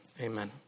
amen